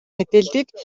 мэдээллийг